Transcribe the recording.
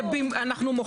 אנחנו מוחקים.